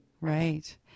Right